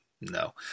no